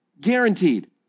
Guaranteed